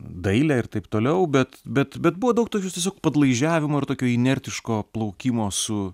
dailę ir taip toliau bet bet bet buvo daug tokio tiesiog padlaižiavimo ir tokio inertiško plaukimo su